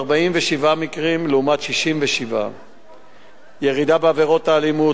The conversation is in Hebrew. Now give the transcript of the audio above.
47 מקרים לעומת 67. ירידה בעבירות האלימות,